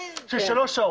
שלוש שעות.